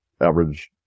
average